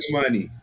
money